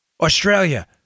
Australia